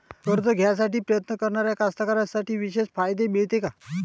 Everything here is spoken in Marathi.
कर्ज घ्यासाठी प्रयत्न करणाऱ्या कास्तकाराइसाठी विशेष फायदे मिळते का?